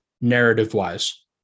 narrative-wise